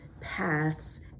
paths